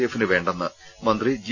എഫിന് വേണ്ടെന്ന് മന്ത്രി ജി